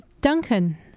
Duncan